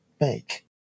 make